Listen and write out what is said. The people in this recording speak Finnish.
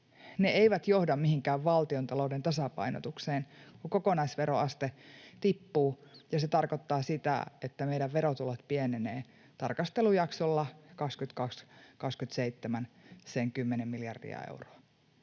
eivät johda mihinkään valtiontalouden tasapainotukseen, kun kokonaisveroaste tippuu ja se tarkoittaa sitä, että meidän verotulot pienenevät tarkastelujaksolla 22—27 sen 10 miljardia euroa.